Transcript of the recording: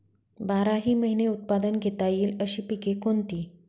बाराही महिने उत्पादन घेता येईल अशी पिके कोणती?